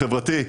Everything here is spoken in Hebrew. חברתי,